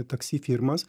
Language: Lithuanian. taksi firmas